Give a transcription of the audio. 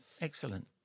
excellent